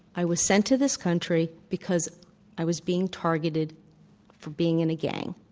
i was sent to this country because i was being targeted for being in a gang.